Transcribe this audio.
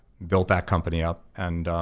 built that company up. and